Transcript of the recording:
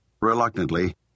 Reluctantly